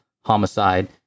homicide